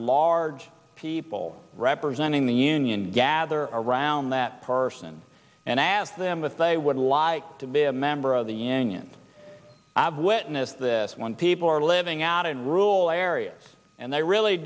large people representing the union gather around that person and ask them if they would like to be a member of the union and i've witnessed this when people are living out in rule areas and they really